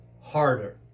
harder